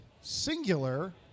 singular